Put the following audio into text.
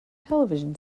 television